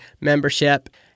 membership